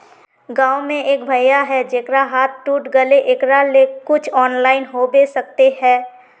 गाँव में एक भैया है जेकरा हाथ टूट गले एकरा ले कुछ ऑनलाइन होबे सकते है?